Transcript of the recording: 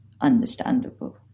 understandable